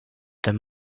there